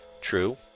True